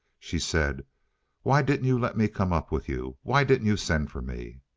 she said why didn't you let me come up with you? why didn't you send for me?